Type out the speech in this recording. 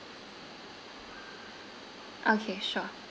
okay sure